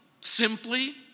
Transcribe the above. simply